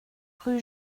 rue